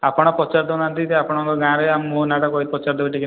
ଆପଣ ପଚାରି ଦେଉନାହାନ୍ତି ଯେ ଆପଣଙ୍କ ଗାଁରେ ମୋ ନାଁଟା କହିକି ପଚାରିଦେବେ ଟିକେନାକୁ